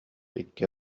икки